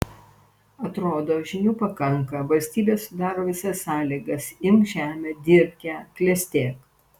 atrodė žinių pakanka valstybė sudaro visas sąlygas imk žemę dirbk ją klestėk